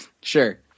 sure